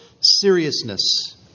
seriousness